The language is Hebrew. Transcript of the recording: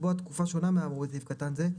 לקבוע תקופה שונה מהאמור בסעיף קטן זה,